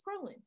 scrolling